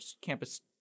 campus